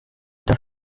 das